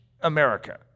America